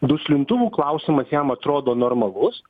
duslintuvų klausimas jam atrodo normalus